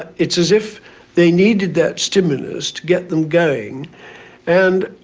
it's as if they needed that stimulus to get them going and,